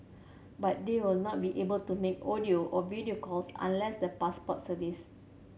but they will not be able to make audio or video calls unless the Passport service